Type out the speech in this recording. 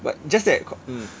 but just that cause mm